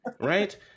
Right